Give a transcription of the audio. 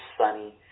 sunny